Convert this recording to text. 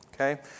Okay